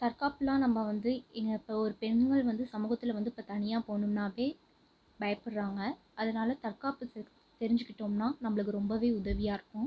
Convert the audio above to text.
தற்காப்புலாம் நம்ம வந்து இங்கே இப்போ ஒரு பெண்கள் வந்து சமூகத்தில் வந்து இப்போ தனியாக போகணும்னாவே பயப்படுறாங்க அதனால் தற்காப்பு தெரிஞ்சுகிட்டோம்னா நம்மளுக்கு ரொம்பவே உதவியாருக்கும்